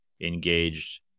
engaged